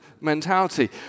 mentality